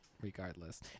regardless